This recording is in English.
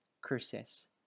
curses